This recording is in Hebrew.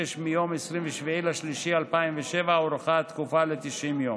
36 מיום 27 במרץ 2007 הוארכה התקופה ל-90 יום.